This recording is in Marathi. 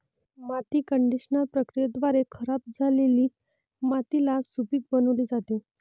माती कंडिशनर प्रक्रियेद्वारे खराब झालेली मातीला सुपीक बनविली जाते